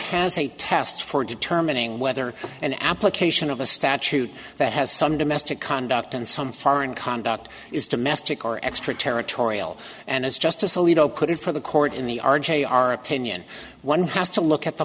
has a test for determining whether an application of a statute that has some domestic conduct in some foreign conduct is domestic or extraterritorial and as justice alito put it for the court in the r j our opinion one has to look at the